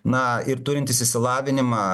na ir turintis išsilavinimą